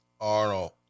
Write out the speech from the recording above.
Arnold